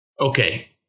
Okay